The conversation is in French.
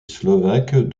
slovaque